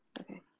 Okay